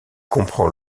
comprend